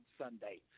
Sunday